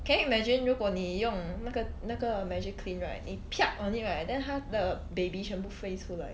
can you imagine 如果你用那个那个 Magiclean right 你 on it right then 它的 baby 全部飞出来